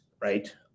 right